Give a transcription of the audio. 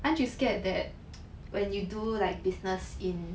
aren't you scared that when you do like business in